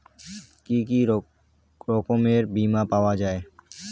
কি কি রকমের বিমা পাওয়া য়ায়?